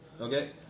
Okay